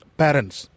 parents